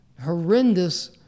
horrendous